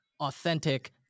authentic